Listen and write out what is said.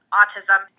autism